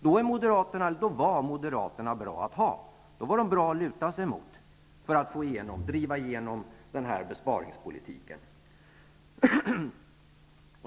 Då var Moderaterna bra att ha att luta sig emot som ett sätt att driva igenom denna besparingspolitik.